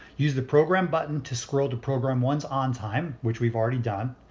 use the program button to scroll to program one's on time, which we've already done,